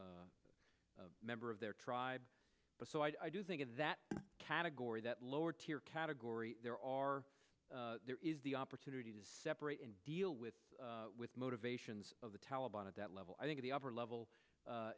member of their tribe but so i do think that category that lower tier category there are there is the opportunity to separate and deal with with motivations of the taliban at that level i think the upper level